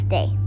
Day